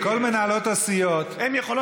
לכל מנהלות הסיעות, הן יכולות לקצר את הזמן.